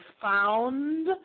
found